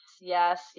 Yes